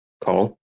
call